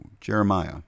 Jeremiah